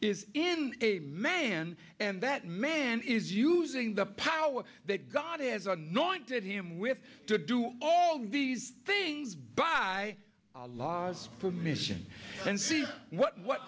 is in a man and that man is using the power that god has annoying to him with to do all these things by laws permission and see what